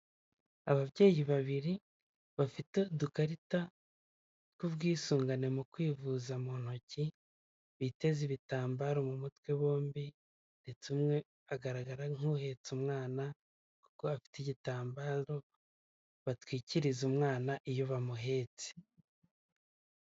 Ababyeyi babiri bafite udukarita tw'ubwisungane mu kwivuza mu ntoki, biteze ibitambaro mu mutwe bombi, ndetse umwe agaragara nk'uhetse umwana, kuko afite igitambaro batwikiriza umwana, iyo bamuhetse.